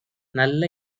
நல்ல